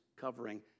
covering